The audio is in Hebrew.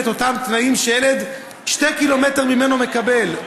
את אותם תנאים שילד שני קילומטרים ממנו מקבל?